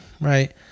right